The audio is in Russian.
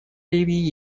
ливии